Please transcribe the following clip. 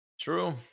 True